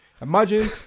imagine